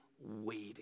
waiting